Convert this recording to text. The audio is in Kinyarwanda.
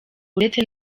uretse